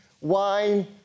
wine